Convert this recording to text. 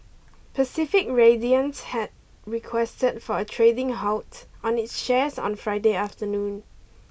Pacific Radiance had requested for a trading halt on its shares on Friday afternoon